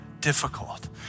difficult